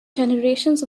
generations